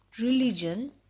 religion